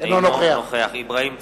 אינו נוכח אברהים צרצור,